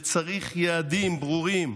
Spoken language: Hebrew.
וצריך יעדים ברורים.